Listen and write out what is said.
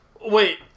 Wait